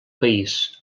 país